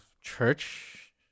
church